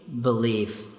believe